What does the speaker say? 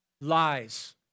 lies